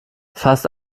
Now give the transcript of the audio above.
fast